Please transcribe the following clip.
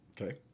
Okay